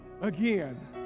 again